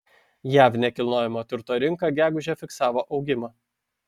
jav nekilnojamojo turto rinka gegužę fiksavo augimą